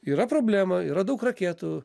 yra problema yra daug raketų